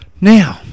Now